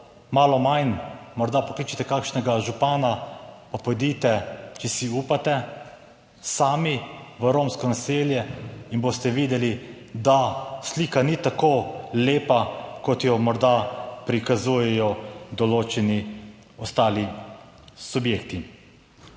malo manj, morda pokličite kakšnega župana, pa pojdite, če si upate, sami v romsko naselje in boste videli, da slika ni tako lepa kot jo morda prikazujejo določeni ostali subjekti.